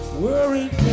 worried